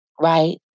right